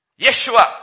Yeshua